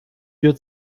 wir